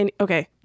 Okay